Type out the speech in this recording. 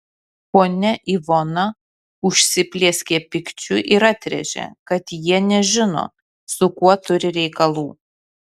ponia ivona užsiplieskė pykčiu ir atrėžė kad jie nežino su kuo turi reikalų